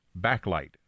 backlight